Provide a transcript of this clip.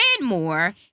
more